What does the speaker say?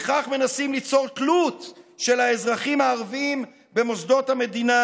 בכך מנסים ליצור תלות של האזרחים הערבים במוסדות המדינה,